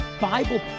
Bible